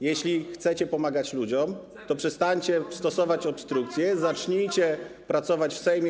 Jeśli chcecie pomagać ludziom, to przestańcie stosować obstrukcję, zacznijcie pracować w Sejmie.